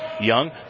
Young